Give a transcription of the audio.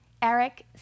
Eric